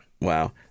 Wow